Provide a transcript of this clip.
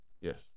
Yes